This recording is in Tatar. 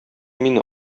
мине